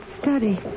study